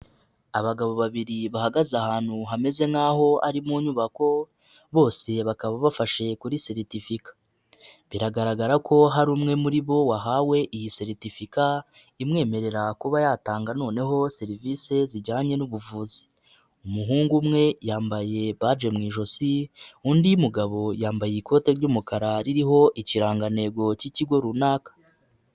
Abagabo babiri bahagaze ahantu hameze nk'aho ari mu nyubako bose bakaba bafashije kuri seritifika, biragaragara ko hari umwe muri bo wahawe iyi seritifika imwemerera kuba yatanga noneho serivisi zijyanye n'ubuvuzi, umuhungu umwe yambaye baje mu ijosi undi mugabo yambaye ikote ry'umukara ririho ikirangantego cy'ikigo runaka.